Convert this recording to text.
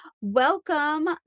Welcome